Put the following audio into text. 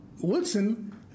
Wilson